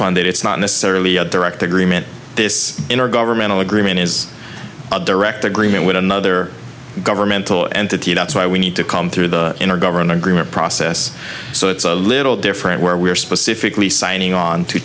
funded it's not necessarily a direct agreement this intergovernmental agreement is a direct agreement with another governmental entity that's why we need to come through in our government agreement process so it's a little different where we are specifically signing onto